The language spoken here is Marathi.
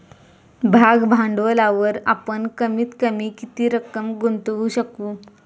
भाग भांडवलावर आपण कमीत कमी किती रक्कम गुंतवू शकू?